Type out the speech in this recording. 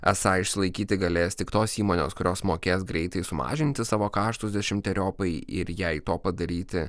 esą išsilaikyti galės tik tos įmonės kurios mokės greitai sumažinti savo kaštus dešimteriopai ir jei to padaryti